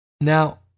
Now